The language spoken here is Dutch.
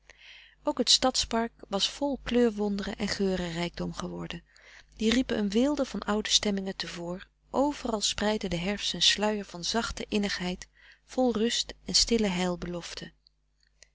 ook het stadspark was vol kleurwonderen en geurenrijkdom geworden die riepen een weelde van oude stemmingen te voor overal spreidde de herfst zijn sluier van zachte innigheid vol rust en stille